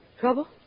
Trouble